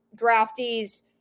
draftees